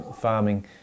farming